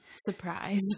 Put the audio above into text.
Surprise